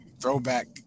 throwback